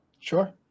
sure